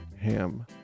ham